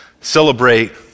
celebrate